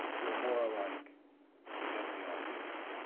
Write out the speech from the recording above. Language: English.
we're more alike than we are different.